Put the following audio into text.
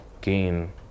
gain